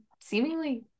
seemingly